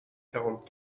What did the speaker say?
quarante